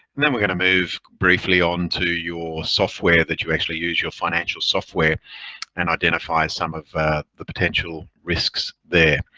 and then we're going to move briefly onto your software that you actually use your financial software and identify some of the potential risks there,